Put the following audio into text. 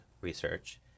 research